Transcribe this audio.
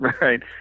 Right